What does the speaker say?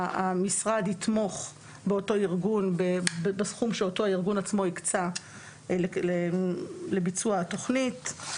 המשרד יתמוך באותו ארגון בסכום שאותו ארגון עצמו הקצה לביצוע התוכנית.